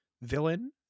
villain